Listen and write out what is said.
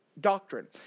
doctrine